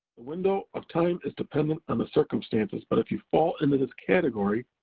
window of time is dependent on the circumstances, but if you fall into this category,